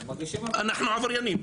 אנחנו עבריינים.